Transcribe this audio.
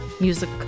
music